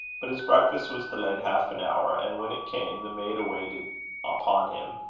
but his breakfast was delayed half an hour and when it came, the maid waited upon him,